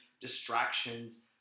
distractions